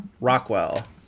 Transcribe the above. Rockwell